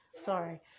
sorry